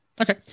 okay